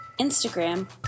Instagram